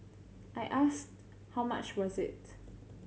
I asked how much was it